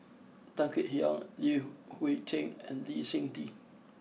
Tan Kek Hiang Li Hui Cheng and Lee Seng Tee